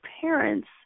parents